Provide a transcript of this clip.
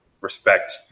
respect